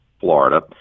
Florida